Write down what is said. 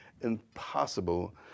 impossible